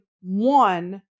one